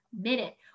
minute